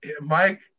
Mike